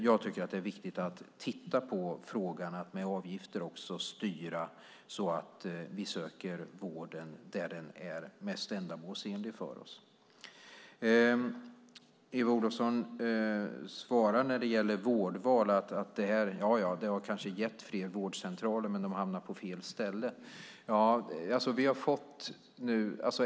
Jag tycker att det är viktigt att titta på frågan om att med avgifter också styra så att vi söker vården där den är mest ändamålsenlig för oss. Eva Olofsson svarar så här när det gäller vårdval: Ja, det har kanske gett fler vårdcentraler, men de har hamnat på fel ställe.